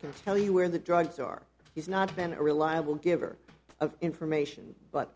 can tell you where the drugs are he's not been a reliable giver of information but